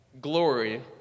glory